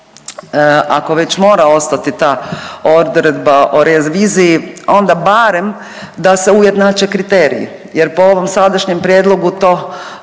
ako već mora ostati ta odredba o reviziji onda barem da se ujednače kriteriji jer po ovom sadašnjem prijedlogu to,